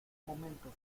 momento